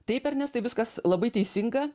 taip ernestai viskas labai teisinga